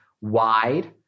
wide